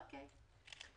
אוקי.